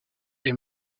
est